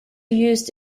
used